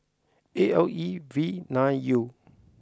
A L E V nine U